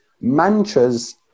Mantras